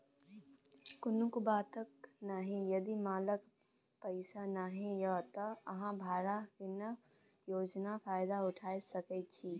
कुनु बात नहि यदि मालक पाइ नहि यै त अहाँ भाड़ा कीनब योजनाक फायदा उठा सकै छी